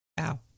Ow